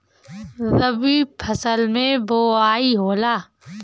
रबी फसल मे बोआई होला?